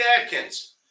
Atkins